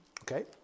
Okay